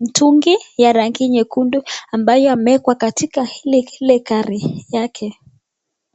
mtungi ya rangi nyekundu ambaye amewekwa katika ile ile gari yake.